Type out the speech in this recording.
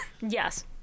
Yes